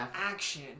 action